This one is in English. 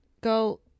Girl